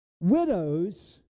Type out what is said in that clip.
widows